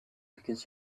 because